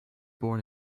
born